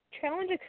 Challenge